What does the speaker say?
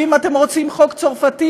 ואם אתם רוצים חוק צרפתי,